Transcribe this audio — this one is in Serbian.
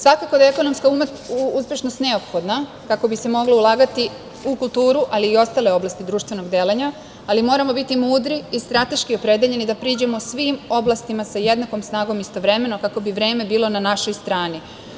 Svakako da je ekonomska uspešnost neophodna kako bi se moglo ulagati u kulturu, ali i ostale oblasti društvenog delovanja, ali moramo biti mudri i strateški opredeljeni da priđemo svim oblastima sa jednakom snagom istovremeno kako bi vreme bilo na našoj strani.